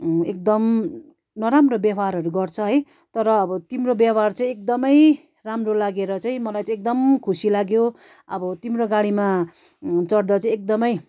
एकदम नराम्रो व्यवहारहरू गर्छ है तर अब तिम्रो व्यवहार चाहिँ एकदमै राम्रो लागेर चाहिँ मलाई चाहिँ एकदम खुसी लाग्यो अब तिम्रो गाडीमा चढ्दा चाहिँ एकदमै